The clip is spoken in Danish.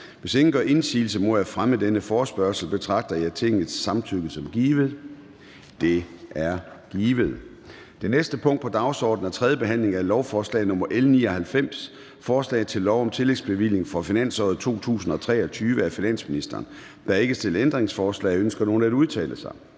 Hvis ingen gør indsigelse mod fremme af denne forespørgsel, betragter jeg Tingets samtykke som givet. Det er givet. --- Det næste punkt på dagsordenen er: 2) 3. behandling af lovforslag nr. L 99: Forslag til lov om tillægsbevilling for finansåret 2023. Af finansministeren (Nicolai Wammen). (Fremsættelse